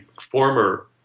former